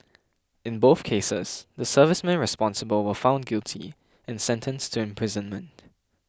in both cases the servicemen responsible were found guilty and sentenced to imprisonment